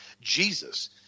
Jesus